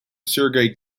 sergey